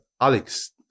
Alex